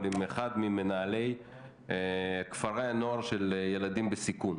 עם אחד ממנהלי כפרי הנוער של ילדים בסיכון,